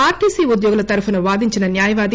RTC ఉద్యోగుల తరపున వాదించిన న్యాయవాది